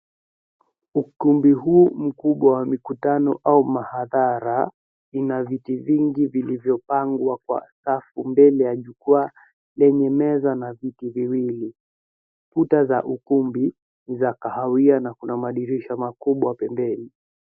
Ukumbi huu mkubwa wa mikutano au mihadhara, ina viti vingi vilivyopangwa kwa safu mbele ya jukwaa lenye meza na viti viwili. Kuta za ukumbi ni za kahawia na kuna madirisha makubwa pembeni.